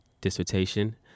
dissertation